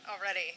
already